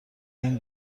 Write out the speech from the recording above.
این